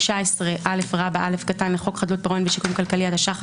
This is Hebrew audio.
הצעת חוק חדלות פירעון ושיקום כלכלי (תיקון מס' 4,